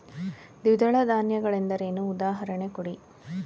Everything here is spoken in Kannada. ದ್ವಿದಳ ಧಾನ್ಯ ಗಳೆಂದರೇನು, ಉದಾಹರಣೆ ಕೊಡಿ?